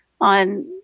on